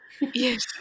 yes